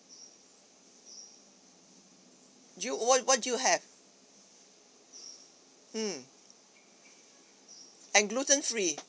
do you or what do you have mm and gluten free